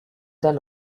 then